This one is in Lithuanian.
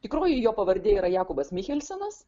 tikroji jo pavardė yra jakobas michelsenas